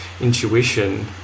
intuition